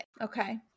okay